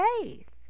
faith